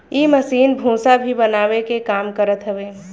इ मशीन भूसा भी बनावे के काम करत हवे